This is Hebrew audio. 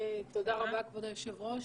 כבוד היושבת-ראש,